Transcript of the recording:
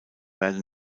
werde